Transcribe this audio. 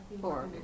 Four